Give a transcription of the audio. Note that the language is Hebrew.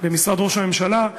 במשרד ראש הממשלה,